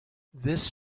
this